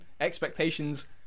expectations